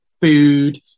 food